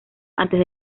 antes